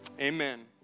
amen